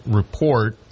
report